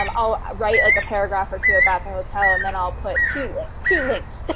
um i'll write like a paragraph or two about the hotel and then i'll put two like two links.